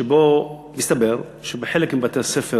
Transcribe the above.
שבו, מסתבר, בחלק מבתי-הספר,